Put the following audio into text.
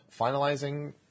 finalizing